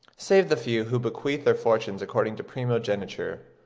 save the few who bequeath their fortunes according to primogeniture.